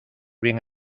bien